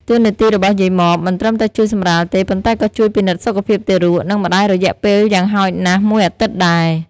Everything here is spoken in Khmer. តួនាទីរបស់យាយម៉បមិនត្រឹមតែជួយសម្រាលទេ ប៉ុន្តែក៏ជួយពិនិត្យសុខភាពទារក និងម្ដាយរយៈពេលយ៉ាងហោចណាស់មួយអាទិត្យដែរ។